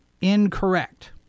incorrect